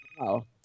wow